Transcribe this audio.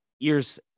Years